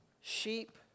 sheep